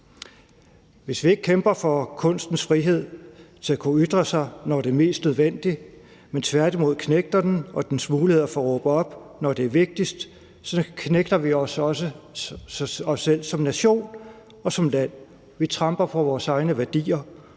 Hvis vi ikke kæmper for kunstens frihed til at kunne ytre sig, når det er mest nødvendigt, men tværtimod knægter den og dens muligheder for at råbe op, når det er vigtigt, så knægter vi også os selv som nation og som land. Vi tramper på vores egne værdier,